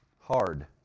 hard